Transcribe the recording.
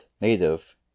native